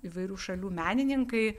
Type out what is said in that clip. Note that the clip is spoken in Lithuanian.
įvairių šalių menininkai